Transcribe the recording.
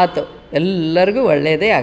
ಆಯ್ತು ಎಲ್ಲರಿಗೂ ಒಳ್ಳೆಯದೇ ಆ